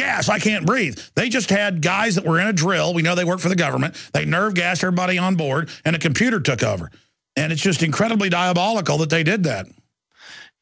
gas i can't breathe they just had guys that were in a drill we know they work for the government they nerve gas or money on board and a computer took over and it's just incredibly diabolical that they did that